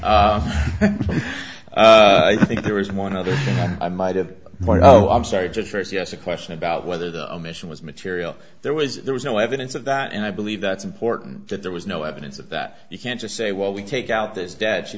ok i think there is one other i might have more no i'm sorry just st yes a question about whether the omission was material there was there was no evidence of that and i believe that's important that there was no evidence of that you can't just say well we take out this debt she